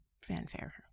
fanfare